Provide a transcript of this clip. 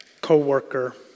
co-worker